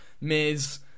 Miz